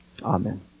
Amen